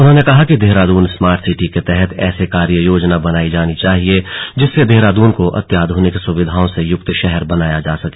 उन्होंने कहा कि देहरादून स्मार्ट सिटी के तहत ऐसी कार्य योजना बनाई जानी चाहिए जिससे देहरादून को अत्याध्निक सुविधाओं से युक्त शहर बनाया जा सके